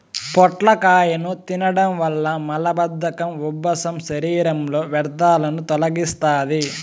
పొట్లకాయను తినడం వల్ల మలబద్ధకం, ఉబ్బసం, శరీరంలో వ్యర్థాలను తొలగిస్తాది